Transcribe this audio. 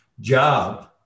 job